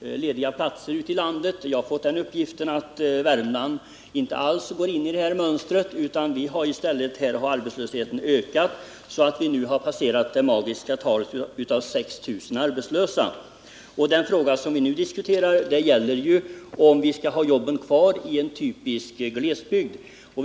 lediga platser här i landet. Jag har emellertid fått den uppgiften att Värmland inte alls passar in i detta mönster. I stället har arbetslösheten i Värmland ökat och passerat det magiska talet 6 000. Den fråga som vi nu diskuterar gäller ju, om vi skall ha jobben kvar i den här typiska glesbygden.